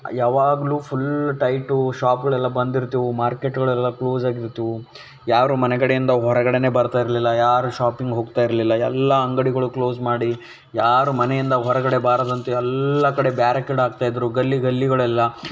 ಯಾವಾಗಲೂ full tight ಶಾಪುಗಳೆಲ್ಲ ಬಂದಿರ್ತಾವು ಮಾರ್ಕೆಟುಗಳೆಲ್ಲ ಕ್ಲೋಸ್ ಆಗಿರ್ತಾವು ಯಾರು ಮನೆಕಡೆಯಿಂದ ಹೊರಗಡೆಯೇ ಬರ್ತಾ ಇರಲಿಲ್ಲ ಯಾರೂ ಶಾಪಿಂಗ್ ಹೋಗ್ತಾಯಿರಲಿಲ್ಲ ಎಲ್ಲ ಅಂಗಡಿಗಳು ಕ್ಲೋಸ್ ಮಾಡಿ ಯಾರೂ ಮನೆಯಿಂದ ಹೊರಗಡೆ ಬಾರದಂತೆ ಎಲ್ಲ ಕಡೆ ಬ್ಯಾರಕೆಡ್ ಹಾಕ್ತಯಿದ್ರು ಗಲ್ಲಿ ಗಲ್ಲಿಗಳೆಲ್ಲ